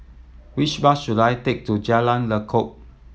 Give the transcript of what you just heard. which bus should I take to Jalan Lekub